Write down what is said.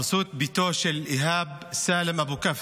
הרסו את ביתו של איהאב סאלם אבו כף,